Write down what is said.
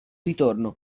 ritorno